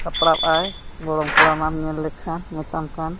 ᱥᱟᱯᱲᱟᱜᱼᱟᱭ ᱜᱚᱲᱚᱢ ᱠᱚᱲᱟ ᱢᱟ ᱧᱮᱞ ᱞᱮᱠᱷᱟᱱ ᱢᱮᱛᱟᱢ ᱠᱟᱱ